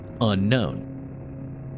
Unknown